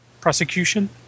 prosecution